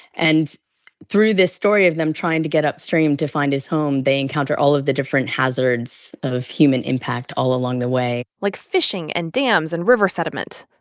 and through this story of them trying to get upstream to find his home, they encounter all of the different hazards of human impact all along the way like fishing and dams and river sediment.